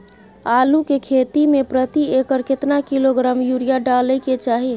आलू के खेती में प्रति एकर केतना किलोग्राम यूरिया डालय के चाही?